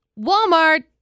Walmart